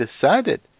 decided